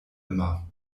immer